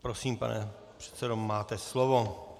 Prosím, pane předsedo, máte slovo.